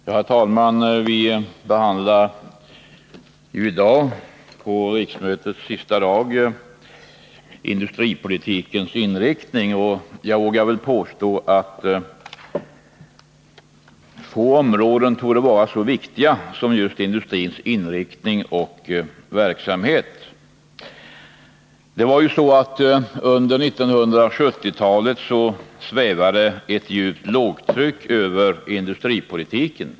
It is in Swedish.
Herr talman! Vi behandlar i dag, på riksmötets sista dag, industripolitikens inriktning. Jag vågar påstå att få områden torde vara så viktiga som just industrins inriktning och verksamhet. Under 1970-talet utbredde sig ett djupt lågtryck över industripolitiken.